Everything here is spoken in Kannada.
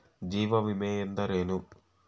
ಜೀವ ವಿಮೆ ಎಂದರೇನು?